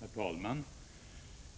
Herr talman!